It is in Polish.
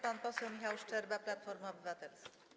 Pan poseł Michał Szczerba, Platforma Obywatelska.